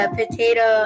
potato